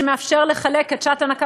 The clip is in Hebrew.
שמאפשר לחלק את שעת הנקה,